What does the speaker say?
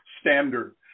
standard